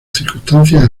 circunstancias